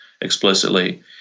explicitly